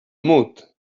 mut